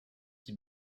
qui